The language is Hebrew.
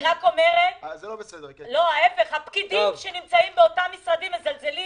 אני רק אומרת שהפקידים באותם משרדים מזלזלים